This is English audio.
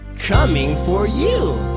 coming for you.